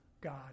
God